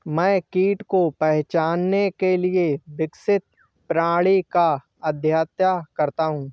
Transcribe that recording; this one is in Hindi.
मैं कीट को पहचानने के लिए विकसित प्रणाली का अध्येता हूँ